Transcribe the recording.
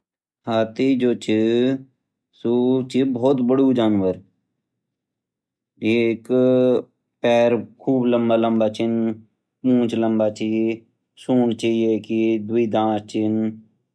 हाथी जो चे सू चे बहुत बडू जानवर ये एक पैर खूब लंबा लंबा चे पूँछ लंबा चे सूंड चे एक ही द्वी दांत चे